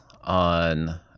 on